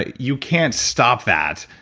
you can't stop that!